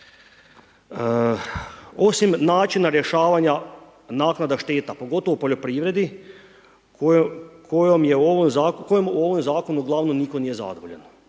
Osim načina rješavanja naknada šteta pogotovo u poljoprivredi kojom u ovom zakonu uglavnom nitko nije zadovoljan.